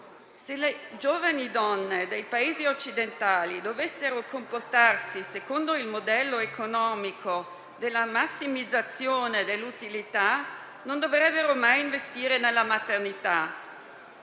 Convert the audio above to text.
Se le giovani donne dei Paesi occidentali dovessero comportarsi secondo il modello economico della massimizzazione dell'utilità, non dovrebbero mai investire nella maternità.